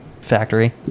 factory